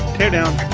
tear down!